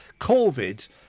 COVID